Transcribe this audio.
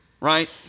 right